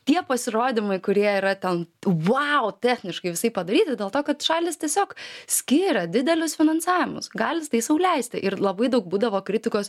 tie pasirodymai kurie yra ten vau techniškai visaip padaryti dėl to kad šalys tiesiog skiria didelius finansavimus gali tai sau leisti ir labai daug būdavo kritikos